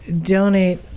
donate